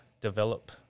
develop